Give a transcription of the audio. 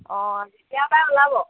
অঁ তেতিয়াৰ পৰাই ওলাব